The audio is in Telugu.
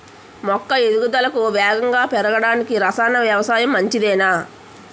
మొక్క ఎదుగుదలకు వేగంగా పెరగడానికి, రసాయన వ్యవసాయం మంచిదేనా?